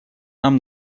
нам